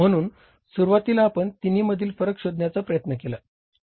म्हणून सुरुवातीला आपण तिन्हीमधील फरक शोधण्याचा प्रयत्न केला